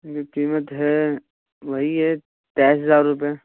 قیمت ہے وہی ہے تیئس ہزار روپے